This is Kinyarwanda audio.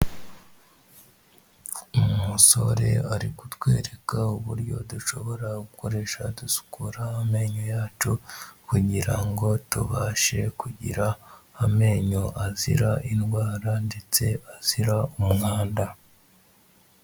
Umusore ari kutwereka uburyo dushobora gukoresha dusukura amenyo yacu kugira ngo tubashe kugira amenyo azira indwara ndetse azira umwanda.